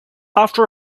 after